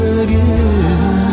again